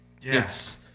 yes